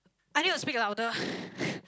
I need to speak louder